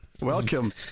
welcome